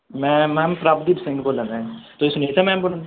ਮੈਂ ਮੈਮ ਪ੍ਰਭਦੀਪ ਸਿੰਘ ਬੋਲਣ ਦਿਆਂ ਤੁਸੀਂ ਸੁਨੀਤਾ ਮੈਮ ਬੋਲਦੇ